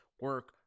Work